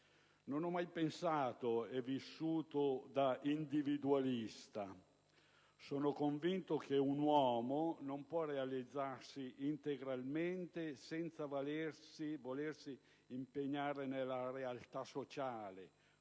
Non ho mai pensato e vissuto da individualista. Sono convinto che un uomo non può realizzarsi integralmente senza volersi impegnare nella realtà sociale,